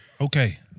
okay